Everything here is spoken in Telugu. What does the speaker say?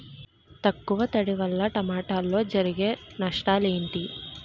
తక్కువ తడి వల్ల టమోటాలో జరిగే నష్టాలేంటి?